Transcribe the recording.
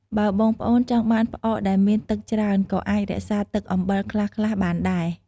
បើបងប្អូនចង់បានផ្អកដែលមានទឹកច្រើន ក៏អាចរក្សាទឹកអំបិលខ្លះៗបានដែរ។